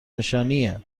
نشانیه